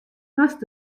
moast